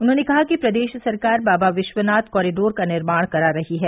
उन्होंने कहा कि प्रदेश सरकार बाबा विश्वनाथ कॉरिडोर का निर्माण करा रही है